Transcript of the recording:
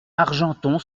argenton